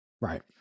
right